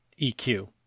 EQ